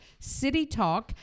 CityTalk